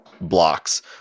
blocks